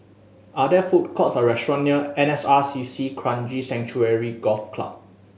are there food courts or restaurant near N S R C C Kranji Sanctuary Golf Club